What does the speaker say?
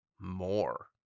more